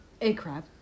A-Crab